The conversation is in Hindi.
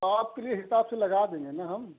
आपके लिये हिसाब से लगा देंगे न हम